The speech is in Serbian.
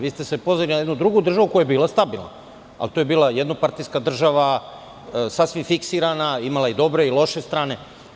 Vi ste se pozvali na jednu drugu državu koja je bila stabilna, ali to je bila jednopartijska država, sasvim fiksirana, imala je i dobre i loše strane.